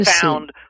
found